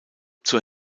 zur